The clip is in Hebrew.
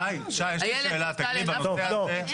שי, יש לי שאלה בנושא הזה.